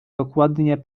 dokładnie